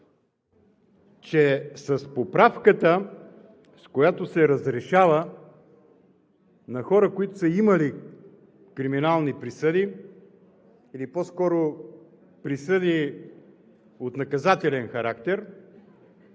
че с поправката, с която се разрешава на хора, които са имали криминални присъди или по-скоро присъди от наказателен характер,